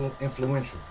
influential